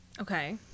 okay